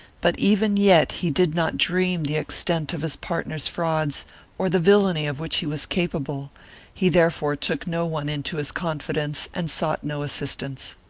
but even yet he did not dream the extent of his partner's frauds or the villany of which he was capable he therefore took no one into his confidence and sought no assistance.